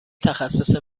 تخصص